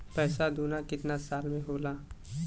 पैसा दूना कितना साल मे होला?